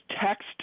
text